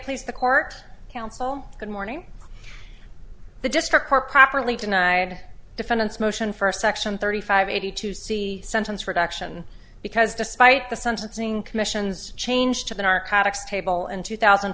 replace the court counsel good morning the district court properly denied defendants motion for section thirty five eighty two c sentence for action because despite the sentencing commission's change to the narcotics table and two thousand